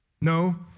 No